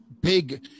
big